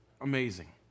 amazing